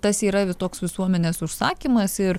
tas yra toks visuomenės užsakymas ir